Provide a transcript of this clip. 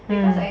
mm